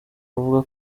avuga